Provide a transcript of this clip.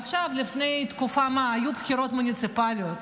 עכשיו, לפני תקופת מה, היו בחירות מוניציפליות.